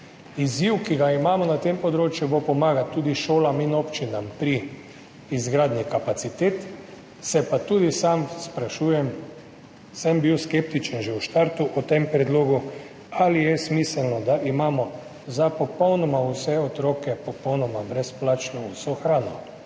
Izziv, ki ga imamo na tem področju, bo pomagal tudi šolam in občinam pri izgradnji kapacitet. Se pa tudi sam sprašujem, sem bil skeptičen že v štartu o tem predlogu, ali je smiselno, da imamo za popolnoma vse otroke popolnoma brezplačno vso hrano.